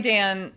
Dan